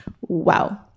wow